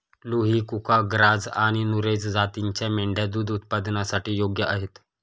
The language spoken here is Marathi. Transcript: लुही, कुका, ग्राझ आणि नुरेझ जातींच्या मेंढ्या दूध उत्पादनासाठी योग्य आहेत